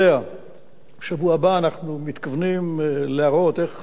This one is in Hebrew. בשבוע הבא אנחנו מתכוונים להראות איך כבר נעשות